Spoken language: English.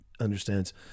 understands